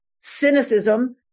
Cynicism